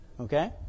Okay